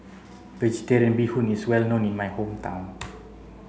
vegetarian bee hoon is well known in my hometown